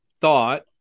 thought